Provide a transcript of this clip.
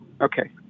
Okay